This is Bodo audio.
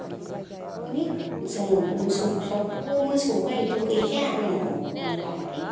मानि जोङो मोसौ फिसाफोरबो मोसौ गायथ' गैखाया आंनाव आं लायाखै